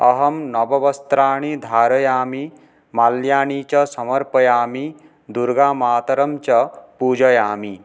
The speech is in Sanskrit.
अहम् नववस्त्रानि धारयामि माल्यानि च समर्पयामि दुर्गामातरं च पूजयामि